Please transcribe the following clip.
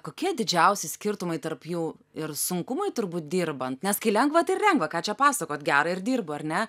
kokie didžiausi skirtumai tarp jų ir sunkumai turbūt dirbant nes kai lengva tai ir lengva ką čia pasakot gera ir dirbu ar ne